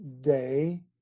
Day